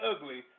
ugly